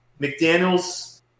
McDaniel's